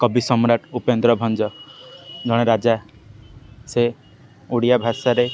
କବି ସମ୍ରାଟ ଉପେନ୍ଦ୍ର ଭଞ୍ଜ ଜଣେ ରାଜା ସେ ଓଡ଼ିଆ ଭାଷାରେ